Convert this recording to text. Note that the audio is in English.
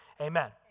Amen